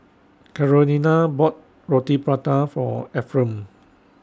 Carolina bought Roti Prata For Efrem